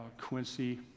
Quincy